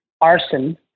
arson